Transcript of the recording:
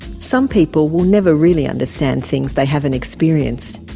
some people will never really understand things they haven't experienced.